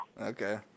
Okay